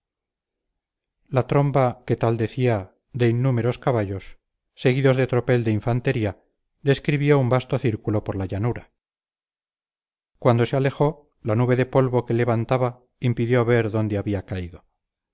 la tromba que tal parecía de innúmeros caballos seguidos de tropel de infantería describió un vasto círculo por la llanura cuando se alejó la nube de polvo que levantaba impidió ver dónde había caído